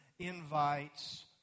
invites